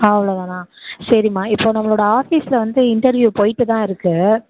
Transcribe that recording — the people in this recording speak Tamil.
அவ்வளோதானா சரிம்மா இப்போ நம்மளோடய ஆஃபீஸில் வந்து இன்டர்வியூ போய்ட்டுதான் இருக்குது